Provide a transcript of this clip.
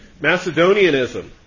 Macedonianism